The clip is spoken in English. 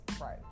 right